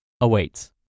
awaits